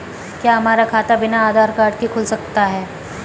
क्या हमारा खाता बिना आधार कार्ड के खुल सकता है?